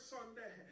Sunday